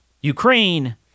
Ukraine